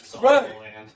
Right